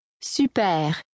Super